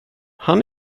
han